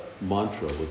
mantra